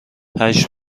هشت